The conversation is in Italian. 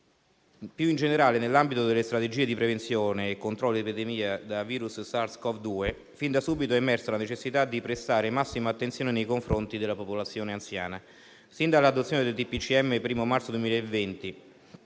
Più in generale, nell'ambito delle strategie di prevenzione e controllo dell'epidemia da virus SARS-Cov-2, fin da subito è emersa la necessità di prestare massima attenzione nei confronti della popolazione anziana. Sin dall'adozione del decreto del